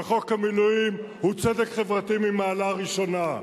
וחוק המילואים הוא צדק חברתי ממעלה ראשונה,